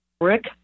Rick